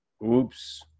Oops